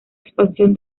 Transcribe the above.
expansión